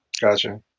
Gotcha